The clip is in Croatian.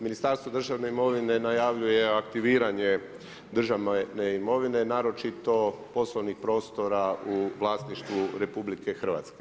Ministarstvo državne imovine najavljuje aktiviranje državne imovine naročito poslovnih prostora u vlasništvu RH.